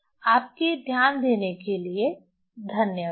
आपके ध्यान देने के लिए धन्यवाद